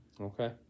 Okay